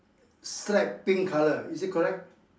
slight pink colour is it correct